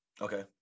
okay